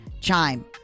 Chime